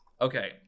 Okay